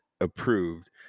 approved